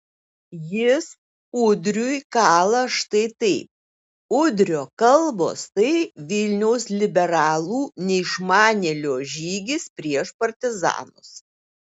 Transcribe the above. jis udriui kala štai taip udrio kalbos tai vilniaus liberalų neišmanėlio žygis prieš partizanus